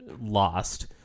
lost